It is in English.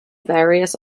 various